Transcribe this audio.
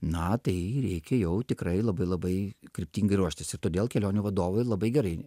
na tai reikia jau tikrai labai labai kryptingai ruoštis ir todėl kelionių vadovai labai gerai